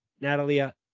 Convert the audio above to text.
Natalia